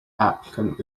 applicant